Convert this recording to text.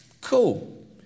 Cool